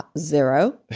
zero